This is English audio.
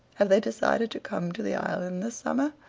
have they decided to come to the island this summer?